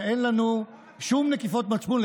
שאין לנו שום נקיפות מצפון.